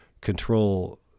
control